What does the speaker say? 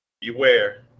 beware